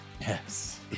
yes